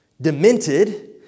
demented